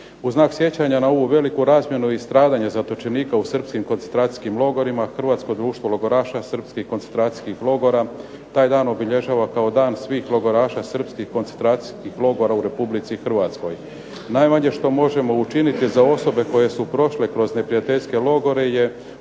U znak sjećanja na ovu veliku razmjenu i stradanja zatočenika u Srpskim koncentracijskim logorima, Hrvatsko društvo logoraša srpskih koncentracijskih logora, taj dan obilježava kao dan svih logoraša Srpskih koncentracijskih logora u Republici Hrvatskoj. Najmanje što možemo učiniti za osobe koje su prošle kroz neprijateljske logore